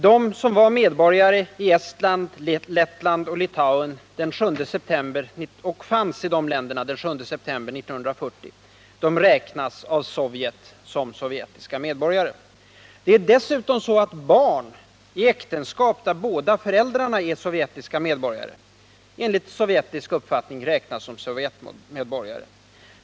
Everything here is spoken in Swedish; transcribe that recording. De som var medborgare i Estland, Lettland och Litauen och fanns i de länderna den 7 september 1940 räknas av Sovjet som sovjetiska medborgare. Det är dessutom så att barn i äktenskap där båda föräldrarna är sovjetiska medborgare enligt sovjetisk uppfattning räknas som sovjetmedborgare.